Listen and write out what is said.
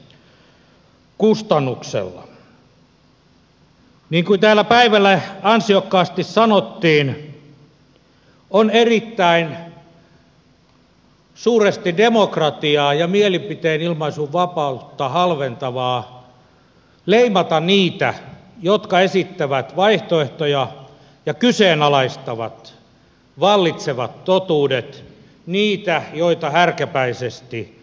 niin kuin täällä päivällä ansiokkaasti sanottiin on erittäin suuresti demokratiaa ja mielipiteen ilmaisun vapautta halventavaa leimata niitä jotka esittävät vaihtoehtoja ja kyseenalaistavat vallitsevat totuudet ne joita härkäpäisesti tyrkytetään